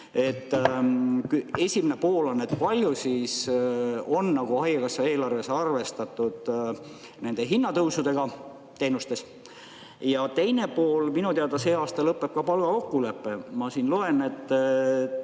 Esimene pool on: palju on haigekassa eelarves arvestatud nende hinnatõusudega teenustes? Ja teine pool. Minu teada see aasta lõpeb ka palgakokkulepe. Ma siin loen, et